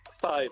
Five